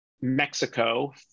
Mexico